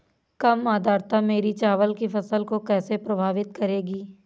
कम आर्द्रता मेरी चावल की फसल को कैसे प्रभावित करेगी?